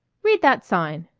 read that sign!